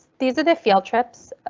these are the field trips.